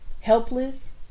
Helpless